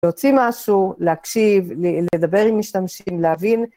להוציא משהו, להקשיב, לדבר עם משתמשים, להבין.